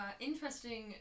interesting